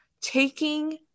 taking